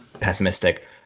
pessimistic